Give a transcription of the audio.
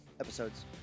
episodes